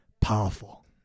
powerful